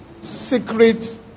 secret